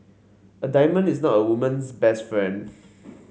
a diamond is not a woman's best friend